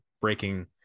breaking